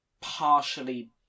partially